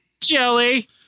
Jelly